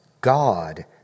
God